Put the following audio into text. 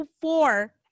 four